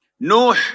Noah